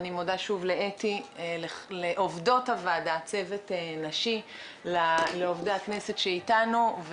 אני מודה לצוות הוועדה ולעובדי הכנסת שאיתנו,